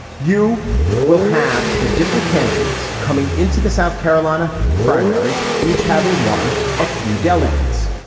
you will have the different candidates coming into the south carolina primary, each having won a few delegates.